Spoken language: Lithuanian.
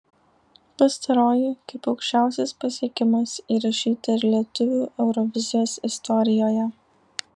pastaroji kaip aukščiausias pasiekimas įrašyta ir lietuvių eurovizijos istorijoje